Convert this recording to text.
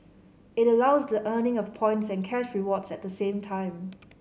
it allows the earning of points and cash rewards at the same time